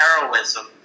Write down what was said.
heroism